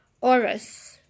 auras